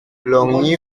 longny